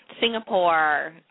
Singapore